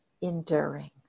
enduring